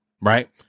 Right